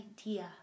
idea